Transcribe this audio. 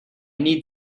need